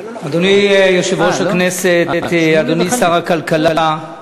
אדוני יושב-ראש הכנסת, אדוני שר הכלכלה,